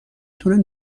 تونن